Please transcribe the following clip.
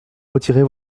retirez